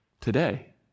today